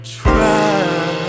try